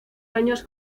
años